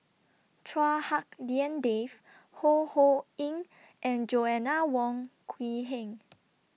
Chua Hak Lien Dave Ho Ho Ying and Joanna Wong Quee Heng